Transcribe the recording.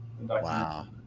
wow